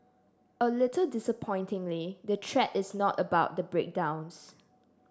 a little disappointingly the thread is not about the breakdowns